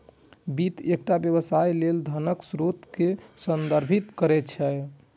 वित्त एकटा व्यवसाय लेल धनक स्रोत कें संदर्भित करै छै